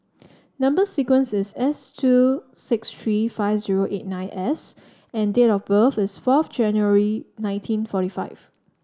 number sequence is S two six three five zero eight nine S and date of birth is fourth January nineteen forty five